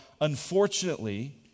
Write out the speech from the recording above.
unfortunately